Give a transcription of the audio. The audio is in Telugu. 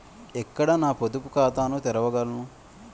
ఎక్కడ నా పొదుపు ఖాతాను తెరవగలను?